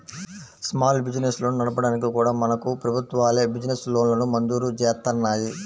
small బిజినెస్లను నడపడానికి కూడా మనకు ప్రభుత్వాలే బిజినెస్ లోన్లను మంజూరు జేత్తన్నాయి